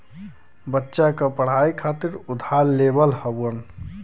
बच्चा क पढ़ाई खातिर उधार लेवल हउवन